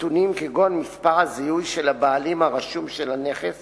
נתונים כגון מספר הזיהוי של הבעלים הרשום של הנכס